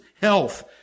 health